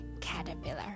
caterpillar